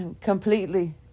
completely